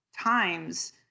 times